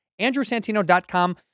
andrewsantino.com